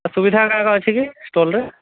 ଆଉ ସୁବିଧାଗୁଡ଼ାକ ଅଛି କି ଷ୍ଟଲ୍ରେ